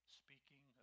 speaking